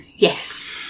Yes